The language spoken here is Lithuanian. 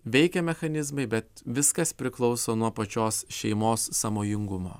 veikia mechanizmai bet viskas priklauso nuo pačios šeimos sąmojingumo